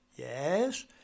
Yes